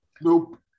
Nope